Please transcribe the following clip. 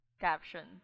caption